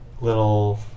little